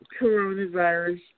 coronavirus